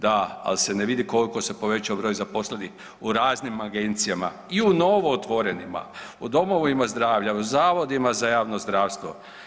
Da, ali se ne vidi koliko se povećao broj zaposlenih u raznim agencijama i u novootvorenima, u domovima zdravlja, u zavodima za javno zdravstvo.